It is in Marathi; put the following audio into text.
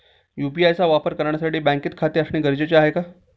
यु.पी.आय चा वापर करण्यासाठी बँकेत खाते असणे गरजेचे आहे का?